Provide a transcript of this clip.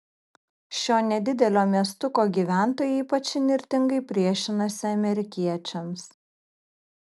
šio nedidelio miestuko gyventojai ypač įnirtingai priešinasi amerikiečiams